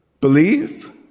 believe